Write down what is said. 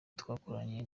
twakoranye